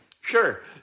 Sure